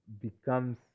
becomes